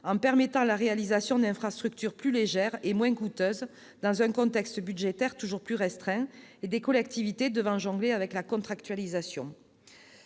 en permettant la réalisation d'infrastructures plus légères et moins coûteuses, dans un contexte budgétaire toujours plus restreint et avec des collectivités qui doivent jongler avec la contractualisation.